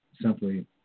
Simply